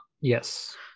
Yes